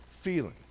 feeling